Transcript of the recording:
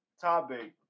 topic